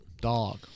Dog